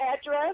address